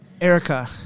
Erica